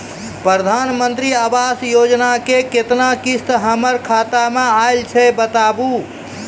प्रधानमंत्री मंत्री आवास योजना के केतना किस्त हमर खाता मे आयल छै बताबू?